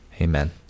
Amen